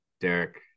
Derek